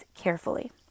carefully